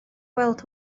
gweld